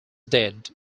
dead